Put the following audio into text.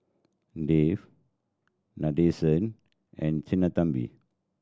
Dev Nadesan and Sinnathamby